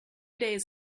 days